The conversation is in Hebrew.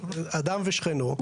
אדם ושכנו,